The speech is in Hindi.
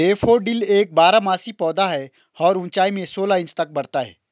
डैफोडिल एक बारहमासी पौधा है और ऊंचाई में सोलह इंच तक बढ़ता है